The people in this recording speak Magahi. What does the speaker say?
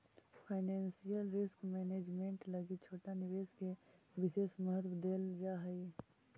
फाइनेंशियल रिस्क मैनेजमेंट लगी छोटा निवेश के विशेष महत्व देल जा हई